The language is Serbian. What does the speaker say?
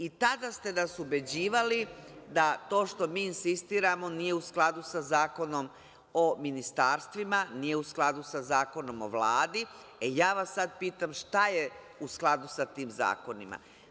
I tada ste nas ubeđivali da to što mi insistiramo nije u skladu sa Zakonom o ministarstvima, nije u skladu sa Zakonom o Vladi, e, ja vas sad pitam – šta je u skladu sa tim zakonima?